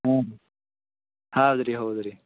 ಹ್ಞೂ ಹೌದು ರೀ ಹೌದು ರೀ